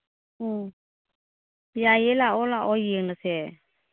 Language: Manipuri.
ꯎꯝ ꯌꯥꯏꯌꯦ ꯂꯥꯛꯑꯣ ꯂꯥꯛꯑꯣ ꯌꯦꯡꯉꯁꯦ